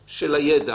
לעבודה.